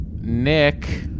Nick